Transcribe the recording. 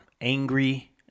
angry